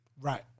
Right